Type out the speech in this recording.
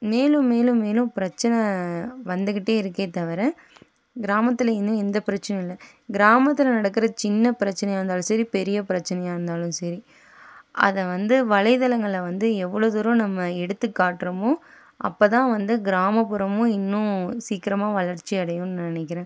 மேலும் மேலும் மேலும் பிரச்சன வந்துக்கிட்டே இருக்கே தவர கிராமத்தில் இன்னும் எந்த பிரச்சனையும் இல்லை கிராமத்தில் நடக்கிற சின்ன பிரச்சனையா இருந்தாலும் சரி பெரிய பிரச்சனையா இருந்தாலும் சரி அதை வந்து வலைத்தளங்களில் வந்து எவ்வளோ தூரம் நம்ம எடுத்து காட்டுறமோ அப்போ தான் வந்து கிராமப்புறமும் இன்னும் சீக்கிரமாக வளர்ச்சி அடையும்னு நான் நினைக்கிறேன்